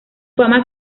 fama